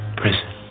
prison